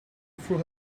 threw